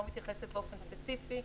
לא מתייחסת באופן ספציפי,